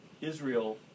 Israel